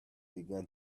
began